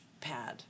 pad